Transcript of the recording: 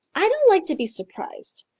i don't like to be surprised.